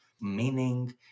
meaning